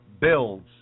builds